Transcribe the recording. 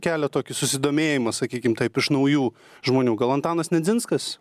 kelia tokį susidomėjimą sakykime taip iš naujų žmonių gal antanas nedzinskas